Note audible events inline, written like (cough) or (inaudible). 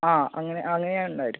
ആ അങ്ങനെ അങ്ങനെയാണ് (unintelligible)